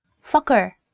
Soccer